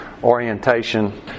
Orientation